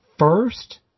First